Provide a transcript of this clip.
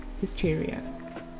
hysteria